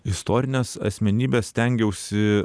istorines asmenybes stengiausi